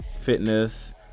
fitness